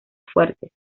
fuertes